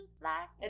black